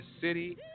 city